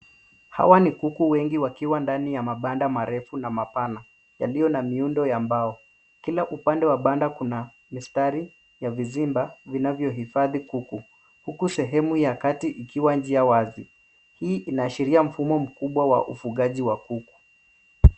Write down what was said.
Hawa ni kuku wengi wakiwa ndani ya mabanda marefu na mapana, yaliyo na miundo ya mbao. Kila upande wa banda kuna mistari ya vizimba, vinavyohifadhi kuku, huku sehemu ya kati ikiwa njia wzi. Hii inaashiria mfumo mkubwa wa ufugaji wa kuku.